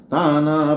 Tana